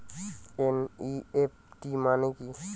NEFT মনে কি?